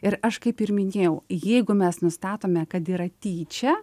ir aš kaip ir minėjau jeigu mes nustatome kad yra tyčia